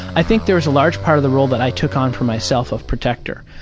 i think there was a large part of the role that i took on for myself of protector.